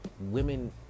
women